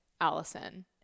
Allison